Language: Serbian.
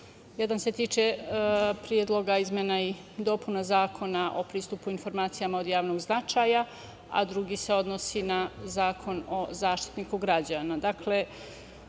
Jedan se tiče Predloga izmena i dopuna Zakona o pristupu informacijama od javnog značaja, a drugi se odnosi na Zakon o Zaštitniku građana.I